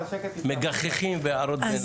מגחכים והערות ביניים.